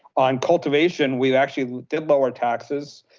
on cultivation, we actually did lower taxes.